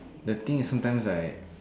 the thing is sometimes right